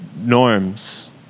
norms